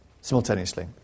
simultaneously